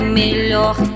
melhor